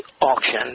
auction